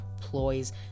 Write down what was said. ploys